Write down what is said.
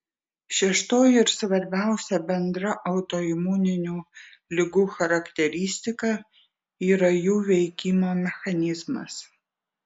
šeštoji ir svarbiausia bendra autoimuninių ligų charakteristika yra jų veikimo mechanizmas